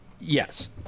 yes